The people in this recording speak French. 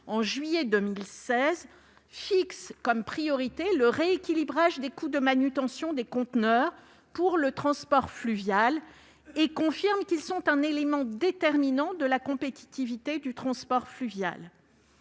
en juillet 2016, fixent tous comme priorité le rééquilibrage des coûts de manutention des conteneurs pour le transport fluvial. Ils confirment qu'ils sont un déterminant important de la compétitivité du transport fluvial.